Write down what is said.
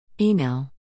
email